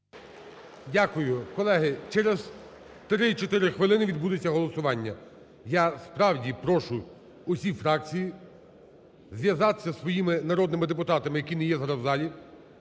Дякую. Колеги, через 3-4 хвилини відбудеться голосування. Я, справді, прошу усі фракції зв'язатися зі своїми народними депутатами, які не є зараз в залі,